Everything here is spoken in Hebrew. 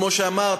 כמו שאמרת,